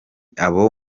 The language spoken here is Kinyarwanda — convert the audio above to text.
abo